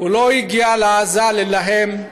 הוא לא הגיע לעזה להילחם,